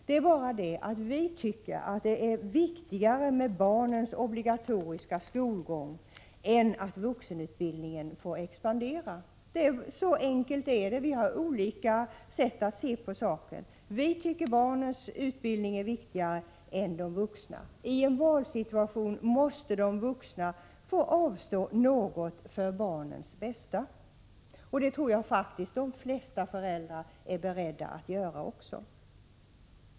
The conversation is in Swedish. Det är bara det att vi tycker att det är viktigare med barnens obligatoriska skolgång än att vuxenutbildningen får expandera. Så enkelt är det. Socialdemokraterna och vi har olika sätt att se på saken. Vi tycker att barnens utbildning är viktigare än de vuxnas. I en valsituation måste de vuxna få avstå något för barnens bästa. Och det tror jag faktiskt att de flesta föräldrar också är beredda att göra.